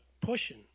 pushing